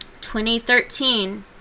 2013